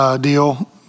deal